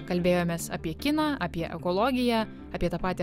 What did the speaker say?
kalbėjomės apie kiną apie ekologiją apie tą patį